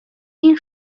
این